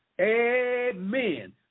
Amen